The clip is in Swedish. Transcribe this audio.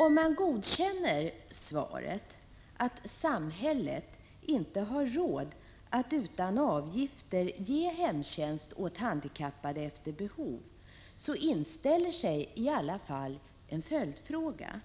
Om man godkänner svaret, att samhället inte har råd att utan avgifter ge hemtjänst åt handikappade efter behov, inställer sig i alla fall några följdfrågor: